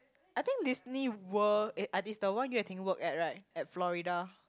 I think Disney World eh ah is the one Yue-Ting work at right at Florida